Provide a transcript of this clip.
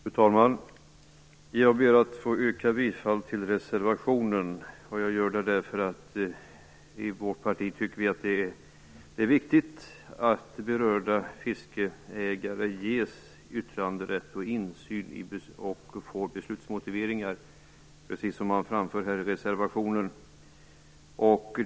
Fru talman! Jag ber att få yrka bifall till reservationen, och jag gör det därför att vi i vårt parti tycker att det är viktigt att berörda fiskeägare ges yttranderätt och insyn och får beslutsmotiveringar, precis som framförs i reservationen.